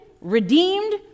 redeemed